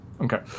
Okay